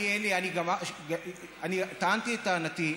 אני טענתי את טענתי.